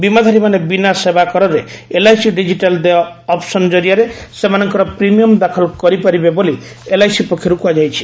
ବୀମାଧାରୀମାନେ ବିନା ସେବାକରରେ LIC digital ଦେୟ ଅପସନ୍ ଜରିଆରେ ସେମାନଙ୍କ ପ୍ରିମିୟମ ଦାଖଲ କରିପାରିବେ ବୋଲି ଏଲ୍ଆଇସି ପକ୍ଷରୁ କୁହାଯାଇଛି